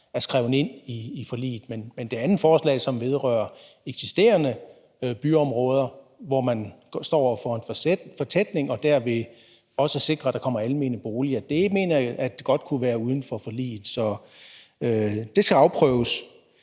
er skrevet ind i forliget. Men det andet forslag, som vedrører eksisterende byområder, hvor man står over for en fortætning, og derved også sikrer, at der kommer almene boliger, mener jeg godt kunne være uden for forliget, så det skal afprøves.